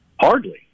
Hardly